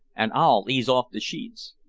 and i'll ease off the sheets.